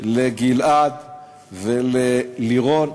לגלעד וללירון,